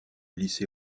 lycée